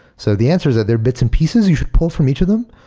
so the answer is that there are bits and pieces you pull from each of them.